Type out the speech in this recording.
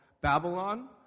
Babylon